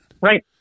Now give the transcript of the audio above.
Right